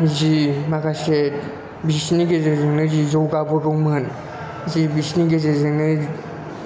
जि माखासे बिसोरनि गेजेरजोंनो जि जौगा बोगौमोन जे बिसोर नि गेजेरजोंनो